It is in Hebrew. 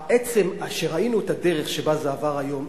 עצם זה שראינו את הדרך שבה זה עבר היום,